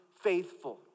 faithful